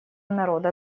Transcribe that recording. народа